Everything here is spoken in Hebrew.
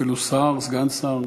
אפילו שר, סגן שר,